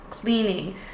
cleaning